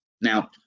Now